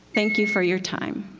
thank you for your time.